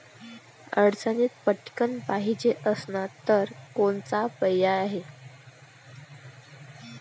अडचणीत पटकण पायजे असन तर कोनचा पर्याय हाय?